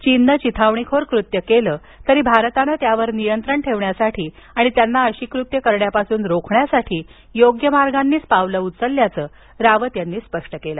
चीननं चिथावणीखोर कृत्य केलं तरी भारतानं त्यावर नियंत्रण ठेवण्यासाठी आणि त्यांना अशी कृत्यं करण्यापासून रोखण्यासाठी योग्य मार्गानंच पावलं उचलल्याचं रावत यांनी स्पष्ट केलं